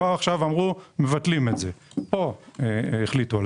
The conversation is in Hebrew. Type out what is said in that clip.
עכשיו אמרו שמבטלים את זה, פה החליטו על